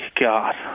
God